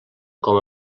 com